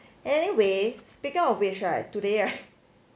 anyway speaking of bitch right today right